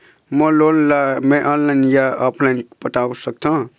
मोर loan ला मैं online या ऑफलाइन पटाए सकथों?